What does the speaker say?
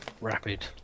Rapid